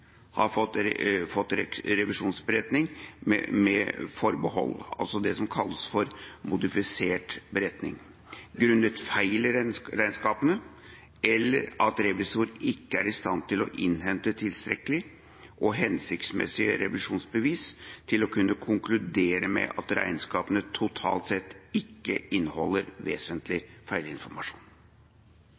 fått revisjonsberetning med forbehold, altså det som kalles modifisert beretning, grunnet feil i regnskapene eller at revisor ikke er i stand til å innhente tilstrekkelig og hensiktsmessig revisjonsbevis til å kunne konkludere med at regnskapene totalt sett ikke inneholder vesentlig feilinformasjon.